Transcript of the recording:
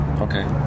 Okay